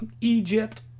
Egypt